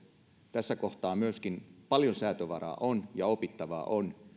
tässä kohtaa myöskin paljon säätövaraa on ja opittavaa on